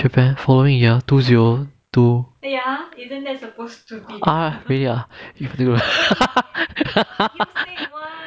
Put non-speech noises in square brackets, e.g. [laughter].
japan following year two zero two !huh! really ah with you [laughs]